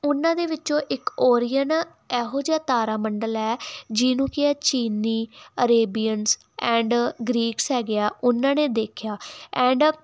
ਉਹਨਾਂ ਦੇ ਵਿੱਚੋਂ ਇੱਕ ਓਰੀਅਨ ਇਹੋ ਜਿਹਾ ਤਾਰਾ ਮੰਡਲ ਹੈ ਜਿਹਨੂੰ ਕਿ ਚੀਨੀ ਅਰੇਬੀਅਨਸ ਐਂਡ ਗਰੀਟਸ ਹੈਗੇ ਆ ਉਹਨਾਂ ਨੇ ਦੇਖਿਆ ਐਂਡ